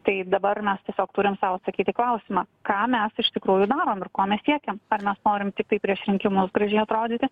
tai dabar mes tiesiog turim sau atsakyt į klausimą ką mes iš tikrųjų darom ir ko mes siekiam ar mes norim tiktai prieš rinkimus gražiai atrodyti